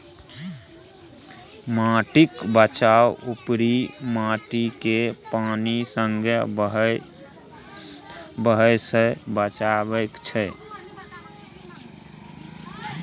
माटिक बचाउ उपरी माटिकेँ पानि संगे बहय सँ बचाएब छै